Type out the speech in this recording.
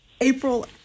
April